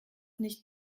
nicht